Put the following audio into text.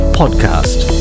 podcast